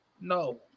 no